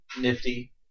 nifty